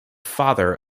father